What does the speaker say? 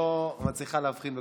לא מצליחה להבחין בכולם,